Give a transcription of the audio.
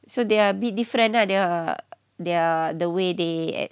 so they are a bit different lah their their the way they